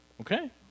Okay